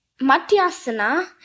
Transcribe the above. Matyasana